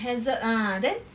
hazard ah then